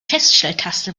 feststelltaste